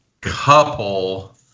couple